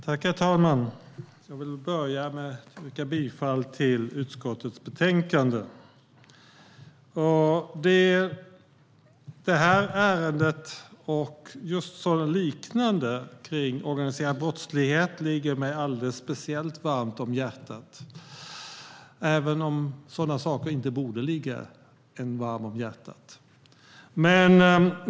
Herr talman! Jag vill börja med att yrka bifall till utskottets förslag. Detta ärende och liknande kring organiserad brottslighet ligger mig alldeles speciellt varmt om hjärtat, även om sådana saker inte borde ligga en varmt om hjärtat.